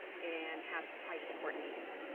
and has high support needs.